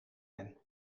men